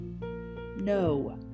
No